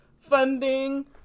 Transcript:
funding